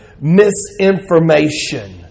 misinformation